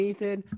Ethan